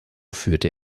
führte